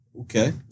Okay